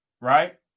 right